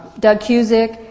doug cusick,